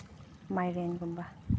ꯃꯥꯏꯔꯦꯟꯒꯨꯝꯕ